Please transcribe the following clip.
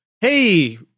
Hey